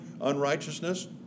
unrighteousness